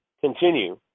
continue